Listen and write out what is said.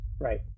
Right